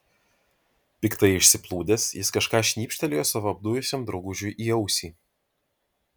piktai išsiplūdęs jis kažką šnypštelėjo savo apdujusiam draugužiui į ausį